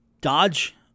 dodge